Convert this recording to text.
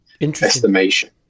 estimation